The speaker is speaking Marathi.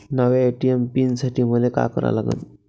नव्या ए.टी.एम पीन साठी मले का करा लागन?